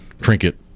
trinket